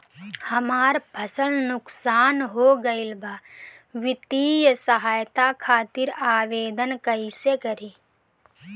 हमार फसल नुकसान हो गईल बा वित्तिय सहायता खातिर आवेदन कइसे करी?